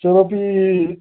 चलो भी